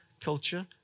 culture